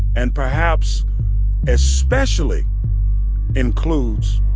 and perhaps especially includes,